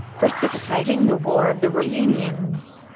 precipitating the war of the reunions.